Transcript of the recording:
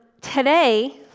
today